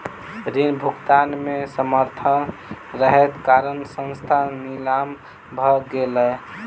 ऋण भुगतान में असमर्थ रहै के कारण संस्थान नीलाम भ गेलै